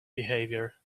behavior